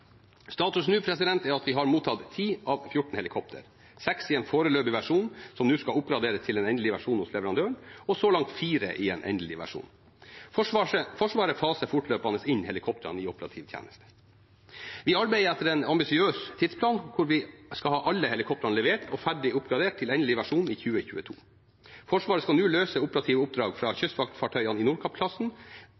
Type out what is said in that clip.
er at vi har mottatt 10 av 14 helikoptre – seks i en foreløpig versjon som nå skal oppgraderes til en endelig versjon hos leverandøren, og så langt fire i en endelig versjon. Forsvaret faser fortløpende inn helikoptrene i operativ tjeneste. Vi arbeider etter en ambisiøs tidsplan hvor vi skal ha alle helikoptrene levert og ferdig oppgradert til endelig versjon i 2022. Forsvaret kan nå løse operative oppdrag fra